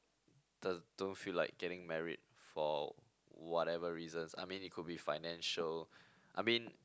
does don't feel like getting married for whatever reasons I mean it could be financial I mean